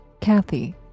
Kathy